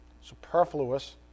superfluous